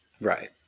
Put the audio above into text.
Right